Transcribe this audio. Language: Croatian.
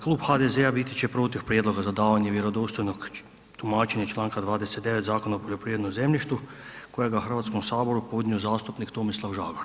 Klub HDZ-a biti će protiv prijedloga za davanje vjerodostojnog tumačenja iz čl. 29 Zakona o poljoprivrednom zemljištu kojega je Hrvatskom saboru podnio zastupnik Tomislav Žagar.